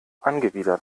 angewidert